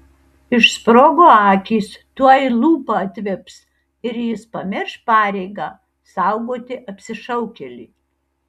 išsprogo akys tuoj lūpa atvips ir jis pamirš pareigą saugoti apsišaukėlį